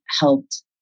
helped